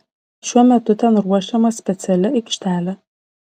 šiuo metu ten ruošiama speciali aikštelė